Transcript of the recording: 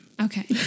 Okay